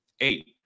eight